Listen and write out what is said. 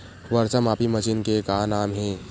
वर्षा मापी मशीन के का नाम हे?